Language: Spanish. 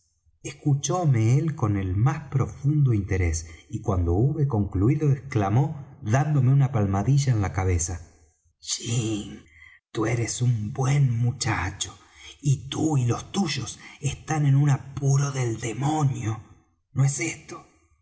escuchóme él con el más profundo interés y cuando hube concluído exclamó dándome una palmadilla en la cabeza jim tú eres un buen muchacho y tú y los tuyos están en un apuro del demonio nó es esto